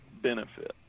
benefit